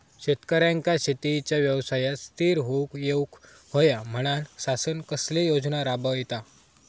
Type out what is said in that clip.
शेतकऱ्यांका शेतीच्या व्यवसायात स्थिर होवुक येऊक होया म्हणान शासन कसले योजना राबयता?